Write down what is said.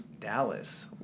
Dallas